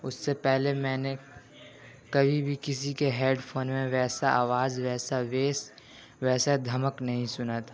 اس سے پہلے میں نے کبھی بھی کسی کے ہیڈ فون میں ویسا آواز ویسا بیس ویسا دھمک نہیں سنا تھا